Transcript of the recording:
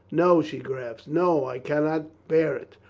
no, she gasped. no, i can not bear it.